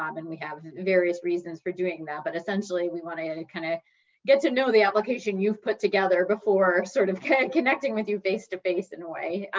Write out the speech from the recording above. um and we have various reasons for doing that, but essentially we wanna and kinda get to know the application you've put together before sort of connecting with you face-to-face in a way.